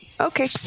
Okay